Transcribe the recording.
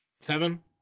Seven